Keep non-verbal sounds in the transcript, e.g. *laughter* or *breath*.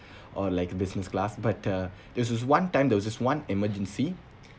or like business class but uh *breath* there was one time there was one emergency